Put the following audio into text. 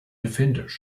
defenders